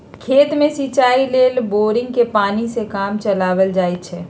खेत में सिचाई लेल बोड़िंगके पानी से काम चलायल जाइ छइ